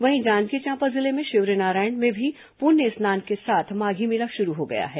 वहीं जांजगीर चांपा जिले के शिवरीनारायण में भी पुण्य स्नान के साथ माधी मेला शुरू हो गया है